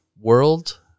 world